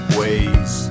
ways